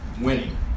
winning